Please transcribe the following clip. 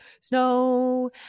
snow